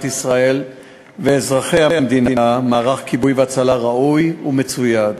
ישראל ואזרחיה מערך כיבוי והצלה ראוי ומצויד.